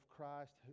Christ